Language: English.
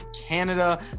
Canada